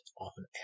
often